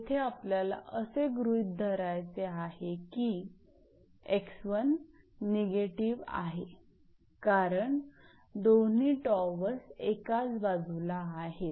येथे आपल्याला असे गृहीत धरायचे आहे की 𝑥1 निगेटिव्ह आहे कारण दोन्ही टॉवर एकाच बाजूला आहेत